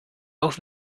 auch